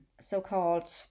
so-called